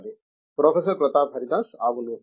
సరే ప్రొఫెసర్ ప్రతాప్ హరిదాస్ అవును